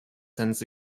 sends